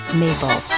maple